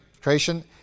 Creation